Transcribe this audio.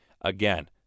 Again